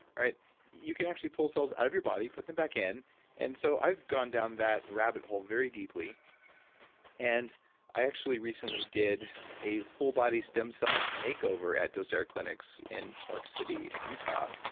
you can actually pull cells out of your body, put them back in and so i've gone down that rabbit hole very deeply and i actually recently did a full body stem cell makeover at docere clinics in park city, utah.